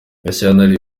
gashyantare